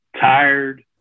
tired